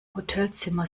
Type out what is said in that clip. hotelzimmer